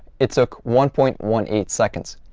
it took one point one eight seconds.